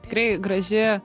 tikrai graži